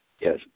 Yes